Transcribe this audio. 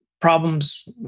problems